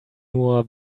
nur